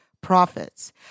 profits